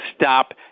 stop